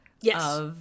Yes